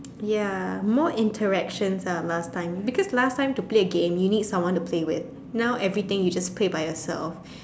ya more interactions ah last time because last time to play a game you need someone to play with now everything you just play by yourself